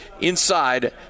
inside